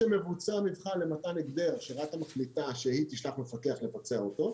כשמבוצע מבחן למתן הגדר שרת"א מחליטה שהיא תשלח מפקח לבצע אותו,